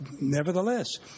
nevertheless